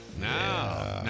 Now